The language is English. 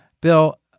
Bill